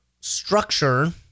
structure